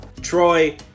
Troy